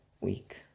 week